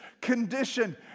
condition